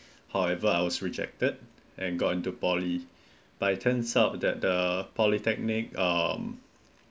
however I was rejected and gone to poly but it turns up that the polytechnic um